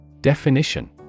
Definition